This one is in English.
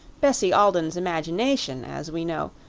bessie alden's imagination, as we know,